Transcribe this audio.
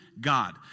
God